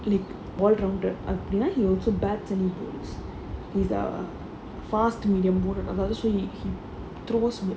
like all rounder அப்டினா:apdinaa he also bats and he bowls புரியுதா:puriyithaa fast medium mode அதாவது:athaavathu so he throws